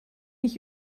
ich